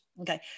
Okay